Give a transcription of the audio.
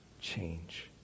change